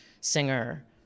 singer